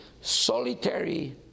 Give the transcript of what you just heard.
solitary